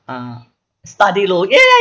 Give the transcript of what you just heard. uh study loan ya